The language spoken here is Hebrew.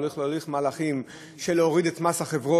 הולך להוביל מהלכים להוריד את מס החברות,